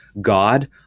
god